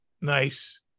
Nice